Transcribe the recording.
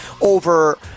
over